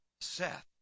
Seth